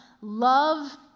Love